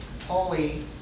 holy